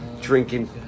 drinking